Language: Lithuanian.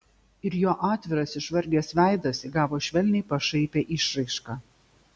ir jo atviras išvargęs veidas įgavo švelniai pašaipią išraišką